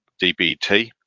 DBT